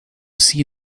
see